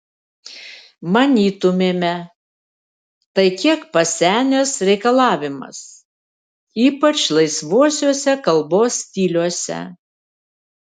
manytumėme tai kiek pasenęs reikalavimas ypač laisvuosiuose kalbos stiliuose